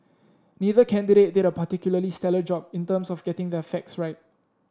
neither candidate did a particularly stellar job in terms of getting their facts right